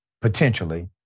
Potentially